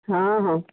ହଁ ହଁ